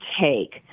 take